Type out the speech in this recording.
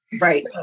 right